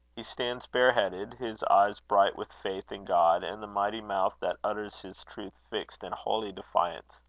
he stands bareheaded, his eyes bright with faith in god, and the mighty mouth that utters his truth, fixed in holy defiance.